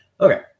Okay